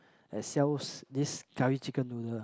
that sells this currry chicken noodle